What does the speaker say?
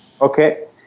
Okay